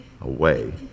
away